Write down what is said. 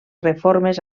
reformes